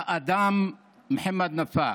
האדם מוחמד נפאע.